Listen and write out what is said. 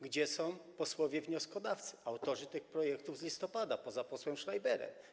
Gdzie są posłowie wnioskodawcy, autorzy tych projektów z listopada, poza posłem Schreiberem?